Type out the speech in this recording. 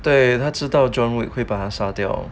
对他知道 john wick 会把它杀掉